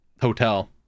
hotel